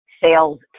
sales